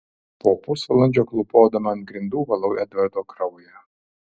po pusvalandžio klūpodama ant grindų valau edvardo kraują